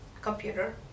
computer